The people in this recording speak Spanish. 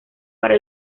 para